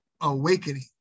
awakening